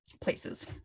places